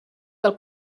del